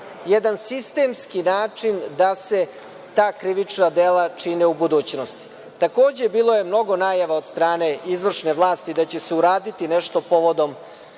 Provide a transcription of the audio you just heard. jedan sistemski način da se ta krivična dela čine u budućnosti. Takođe, bilo je mnogo najava od strane izvršne vlasti da će se uraditi nešto povodom